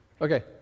Okay